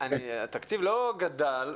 התקציב לא גדל,